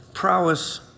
prowess